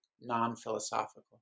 non-philosophical